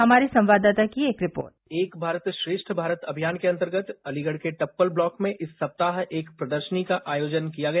हमारे संवाददाता की एक रिपोर्ट एक भारत श्रेव भारत अभियान के अंतर्गत अलीगढ़ के टपल ब्लॉक में इस सप्ताह एक प्रदर्शनी का आयोजन किया गया